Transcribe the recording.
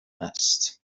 است